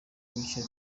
ibice